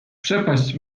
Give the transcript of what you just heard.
przepaść